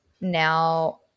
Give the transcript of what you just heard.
now